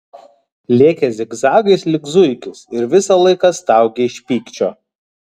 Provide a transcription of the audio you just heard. lėkė zigzagais lyg zuikis ir visą laiką staugė iš pykčio